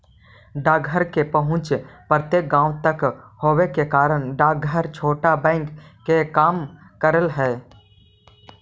डाकघर के पहुंच प्रत्येक गांव तक होवे के कारण डाकघर छोटा बैंक के काम करऽ हइ